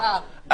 למה?